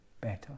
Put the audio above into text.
better